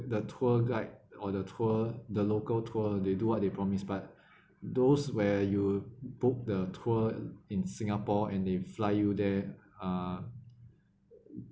the tour guide or the tour the local tour they do what they promise but those where you book the tour in singapore and they fly you there uh